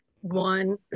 one